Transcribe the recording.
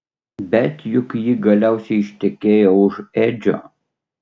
bet juk ji galiausiai ištekėjo už edžio